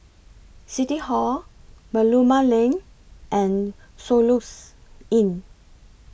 City Hall Merlimau Lane and Soluxe Inn